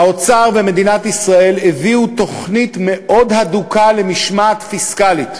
האוצר ומדינת ישראל הביאו תוכנית מאוד הדוקה למשמעת פיסקלית,